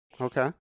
Okay